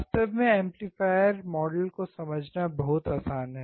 वास्तव में amplifier model को समझना बहुत आसान है